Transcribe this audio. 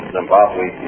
Zimbabwe